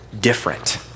different